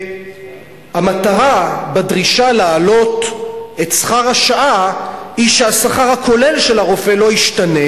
המטרה בדרישה להעלות את שכר השעה היא שהשכר הכולל של הרופא לא ישתנה,